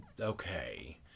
okay